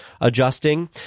adjusting